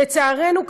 לצערנו,